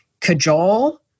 cajole